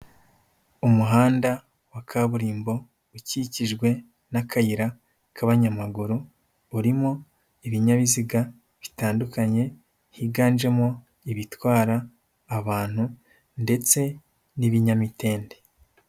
Umuhanda wa kaburimbo ukikijwe n'akayira k'abanyamaguru, urimo ibinyabiziga bitandukanye, higanjemo ibitwara abantu ndetse n'ibinyamitende.